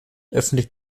öffentlich